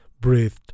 breathed